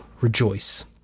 rejoice